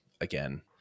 again